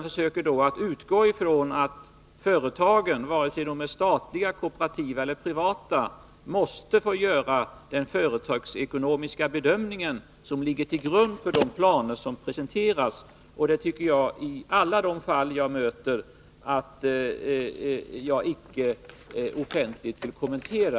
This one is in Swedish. Företagen, vare sig de är statliga, kooperativa eller privata, svarar för den företagsekonomiska bedömningen. De bedömningarna vill jag inte offentligt kommentera.